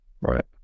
right